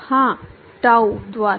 हाँ ताऊ द्वारा